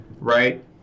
right